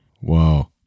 Wow